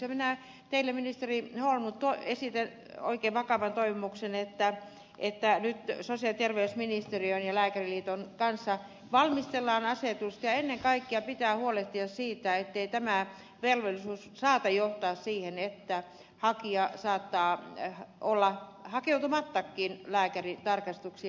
minä teille ministeri holmlund esitän oikein vakavan toivomuksen että nyt sosiaali ja terveysministeriön ja lääkäriliiton kanssa valmistellaan asetusta ja ennen kaikkea pitää huolehtia siitä ettei tämä velvollisuus voi johtaa siihen että hakija saattaakin olla hakeutumatta lääkärintarkastuksiin